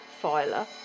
filer